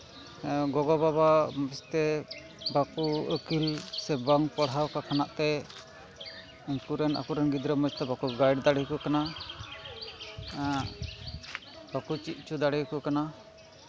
ᱜᱚᱜᱚᱼᱵᱟᱵᱟ ᱢᱚᱡᱽᱛᱮ ᱵᱟᱠᱚ ᱟᱹᱠᱤᱞ ᱥᱮ ᱵᱟᱝ ᱯᱟᱲᱦᱟᱣ ᱠᱚ ᱠᱷᱚᱱᱟᱜ ᱛᱮ ᱩᱱᱠᱩᱨᱮᱱ ᱟᱠᱚ ᱨᱮᱱ ᱜᱤᱫᱽᱨᱟᱹ ᱢᱚᱡᱽᱛᱮ ᱵᱟᱠᱚ ᱜᱟᱭᱤᱰ ᱫᱟᱲᱮ ᱟᱠᱚ ᱠᱟᱱᱟ ᱵᱟᱠᱚ ᱪᱮᱫ ᱦᱚᱪᱚ ᱫᱟᱲᱮ ᱟᱠᱚ ᱠᱟᱱᱟ